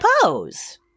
pose